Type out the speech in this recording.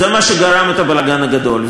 שגרם לבלגן הגדול.